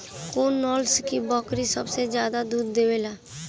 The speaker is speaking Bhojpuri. कौन नस्ल की बकरी सबसे ज्यादा दूध देवेले?